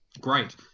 Great